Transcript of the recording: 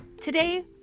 Today